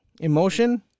emotion